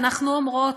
אנחנו אומרות,